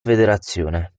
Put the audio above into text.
federazione